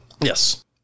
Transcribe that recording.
Yes